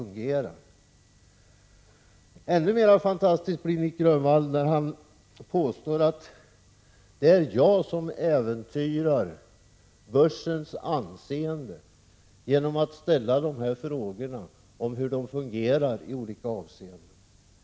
19 Ännu mer fantastisk blir Nic Grönvall när han påstår att det är jag som genom att ställa de här frågorna om hur det fungerar i olika avseenden äventyrar börsens anseende.